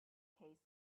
case